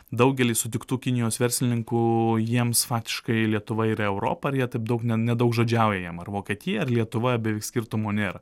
daugelis sutiktų kinijos verslininkų jiems faktiškai lietuva yra europa ir jie taip daug ne nedaugžodžiauja jiem ar vokietija ar lietuva beveik skirtumo nėra